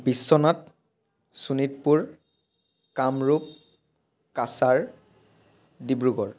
Biswanath Sonitpur Kamrup Cachar Dibrugarh